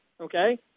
okay